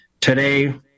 Today